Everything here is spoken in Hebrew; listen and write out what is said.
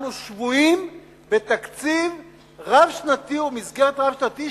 אנחנו שבויים בתקציב רב-שנתי ומסגרת רב-שנתית